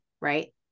right